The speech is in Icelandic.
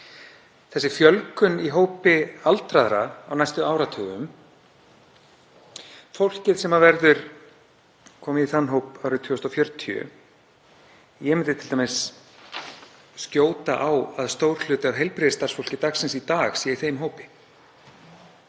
verður fjölgun í hópi aldraðra á næstu áratugum og fólkið sem verður komið í þann hóp árið 2040 — ég myndi t.d. skjóta á að stór hluti af heilbrigðisstarfsfólki dagsins í dag sé í þeim hópi.